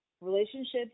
Relationships